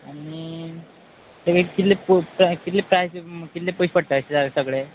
आनी ताका कितले पो प्राय कितले प्रायस कितले पयशे पडटा अशे सा सगळे